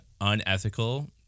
unethical